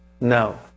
No